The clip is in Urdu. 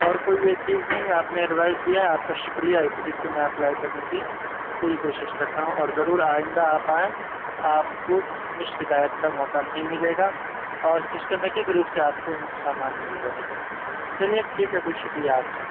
اور کوئی یہ چیز نہیں آپ نے ایڈوائس دیا ہے آپ کا شکریہ اس چیز کو میں اپلائی کرنے کی پوری کوشش کرتا ہوں اور ضرور آئندہ آپ آئیں آپ کو شکایت کا موقع نہیں ملے گا اور سسٹمیٹک روپ سے آپ کو سامان مل جائے گا چلیے ٹھیک ہے پھر شکریہ آپ کا